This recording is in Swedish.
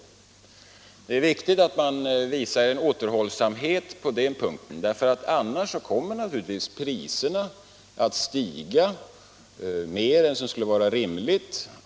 Det är Tisdagen den viktigt att man visar en återhållsamhet på den punkten. Annars kommer 14 december 1976 naturligtvis priserna att stiga mer än vad som skulle vara rimligt.